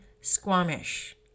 Squamish